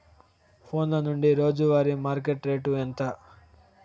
ఫోన్ల నుండి రోజు వారి మార్కెట్ రేటు ఎంత?